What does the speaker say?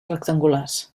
rectangulars